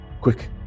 quick